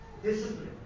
Discipline